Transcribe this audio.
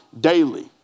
daily